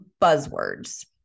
buzzwords